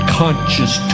conscious